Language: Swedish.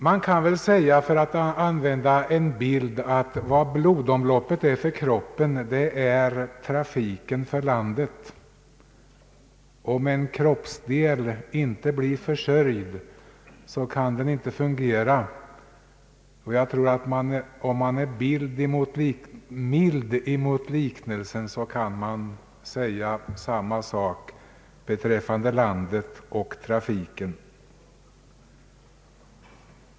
Man kan väl säga, för att använda en liknelse, att vad blodomloppet är för kroppen är trafiken för landet. Om en kroppsdel inte blir försörjd med blod kan den inte fungera. Jag tror att man kan fortsätta liknelsen och säga att detsamma gäller beträffande landet och trafiken.